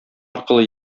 аркылы